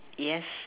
yes